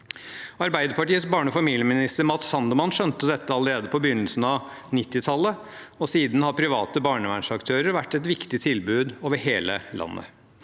Arbeiderpartiets tidligere barne- og familieminister Matz Sandman skjønte dette allerede på begynnelsen av 1990-tallet, og siden har private barnevernsaktører vært et viktig tilbud over hele landet.